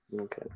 Okay